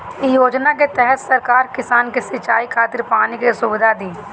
इ योजना के तहत सरकार किसान के सिंचाई खातिर पानी के सुविधा दी